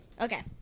Okay